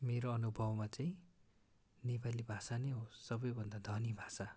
मेरो अनुभवमा चाहिँ नेपाली भाषा नै हो सबैभन्दा धनी भाषा